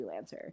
freelancer